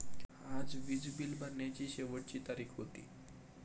आज वीज बिल भरण्याची शेवटची तारीख होती